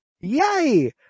Yay